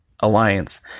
Alliance